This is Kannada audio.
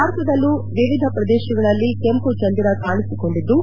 ಭಾರತದಲ್ಲೂ ವಿವಿಧ ಪ್ರದೇಶಗಳಲ್ಲಿ ಕೆಂಪು ಚಂದಿರ ಕಾಣಿಸಿಕೊಂಡಿದ್ದು